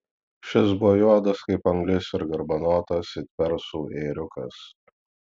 šis buvo juodas kaip anglis ir garbanotas it persų ėriukas